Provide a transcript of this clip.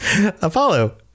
Apollo